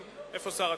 איפה שר התקשורת?